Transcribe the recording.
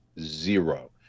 zero